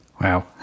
Wow